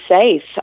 safe